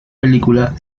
película